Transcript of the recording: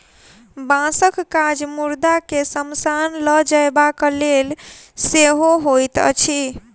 बाँसक काज मुर्दा के शमशान ल जयबाक लेल सेहो होइत अछि